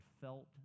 felt